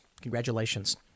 Congratulations